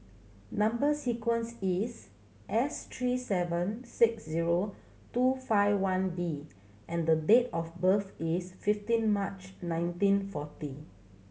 number sequence is S three seven six zero two five one B and the date of birth is fifteen March nineteen forty